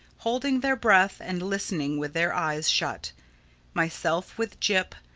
holding their breath and listening with their eyes shut myself, with jip,